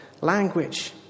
language